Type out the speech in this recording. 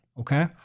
Okay